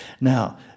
now